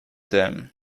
them